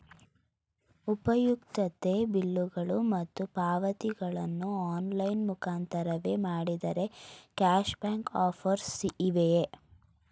ಉಪಯುಕ್ತತೆ ಬಿಲ್ಲುಗಳು ಮತ್ತು ಪಾವತಿಗಳನ್ನು ಆನ್ಲೈನ್ ಮುಖಾಂತರವೇ ಮಾಡಿದರೆ ಕ್ಯಾಶ್ ಬ್ಯಾಕ್ ಆಫರ್ಸ್ ಇವೆಯೇ?